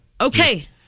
Okay